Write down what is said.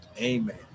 Amen